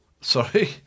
Sorry